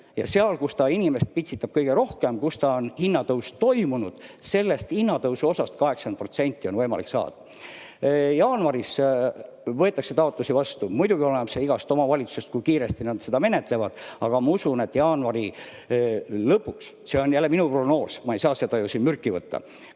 Seal, kus see inimest pitsitab kõige rohkem, kus on hinnatõus toimunud, sellest hinnatõusu osast 80% on võimalik saada. Jaanuaris võetakse taotlusi vastu. Muidugi oleneb see igast omavalitsusest, kui kiiresti nad seda menetlevad, aga ma usun, et jaanuari lõpuks – see on jälle minu prognoos, ma ei saa ju siin selle peale